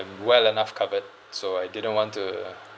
I'm well enough covered so I didn't want to